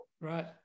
right